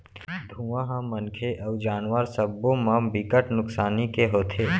धुंआ ह मनखे अउ जानवर सब्बो म बिकट नुकसानी के होथे